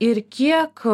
ir kiek